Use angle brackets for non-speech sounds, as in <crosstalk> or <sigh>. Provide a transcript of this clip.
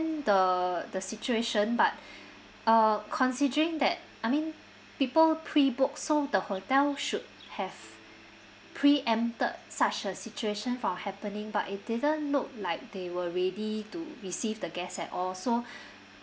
the the situation but <breath> uh considering that I mean people pre booked so the hotel should have preempted such a situation from happening but it didn't look like they were ready to receive the guest at all so <breath>